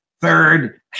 third